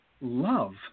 love